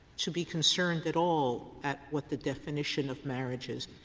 to be concerned at all at what the definition of marriage is?